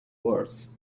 words